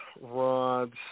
Rods